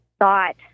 thought